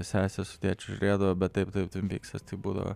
sesės su tėčiu žiūrėdavo bet taip taip tvimpyksas tai būdavo